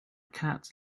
cat